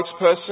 spokesperson